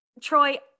Troy